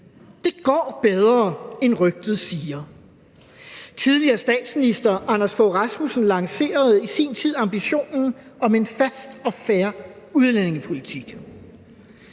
Det går bedre, end rygtet siger. Tidligere statsminister Anders Fogh Rasmussen lancerede i sin tid ambitionen om en fast og fair udlændingepolitik.